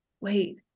wait